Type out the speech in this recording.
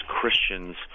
Christians